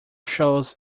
shows